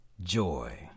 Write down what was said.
joy